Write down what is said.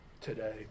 today